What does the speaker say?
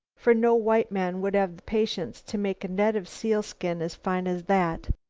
for no white man would have the patience to make a net of sealskin as fine as that.